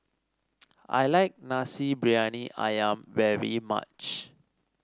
I like Nasi Briyani ayam very much